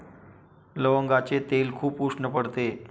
लवंगाचे तेल खूप उष्ण पडते